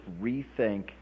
Rethink